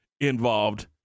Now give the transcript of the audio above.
involved